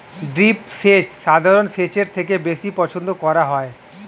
drip সেচ সাধারণ সেচের থেকে বেশি পছন্দ করা হয়